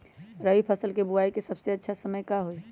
रबी फसल के बुआई के सबसे अच्छा समय का हई?